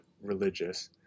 religious